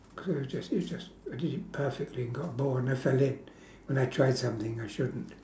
cause you just you just what is it perfectly got bored and I fell in when I tried something I shouldn't